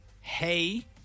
Hey